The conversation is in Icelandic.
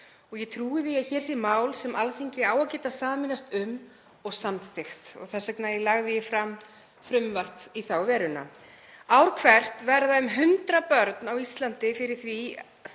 og ég trúi því að hér sé mál sem Alþingi á að geta sameinast um og samþykkt. Þess vegna lagði ég fram frumvarp í þá veruna. Ár hvert verða um hundrað börn á Íslandi fyrir því